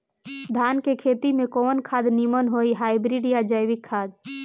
धान के खेती में कवन खाद नीमन होई हाइब्रिड या जैविक खाद?